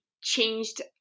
changed